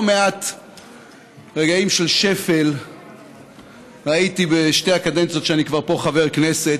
לא מעט רגעים של שפל ראיתי בשתי הקדנציות שאני כבר פה חבר כנסת,